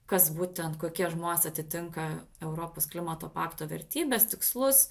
kas būtent kokie žmonės atitinka europos klimato pakto vertybes tikslus